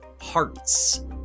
hearts